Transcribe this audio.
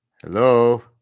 hello